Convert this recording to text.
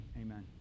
amen